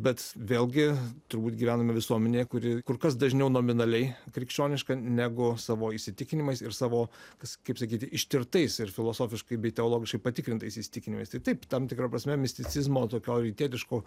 bet vėlgi turbūt gyvename visuomenėje kuri kur kas dažniau nominaliai krikščioniška negu savo įsitikinimais ir savo kas kaip sakyti ištirtais ir filosofiškai bei teologiškai patikrintais įsitikinimais tai taip tam tikra prasme misticizmo tokio rytietiško